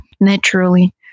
naturally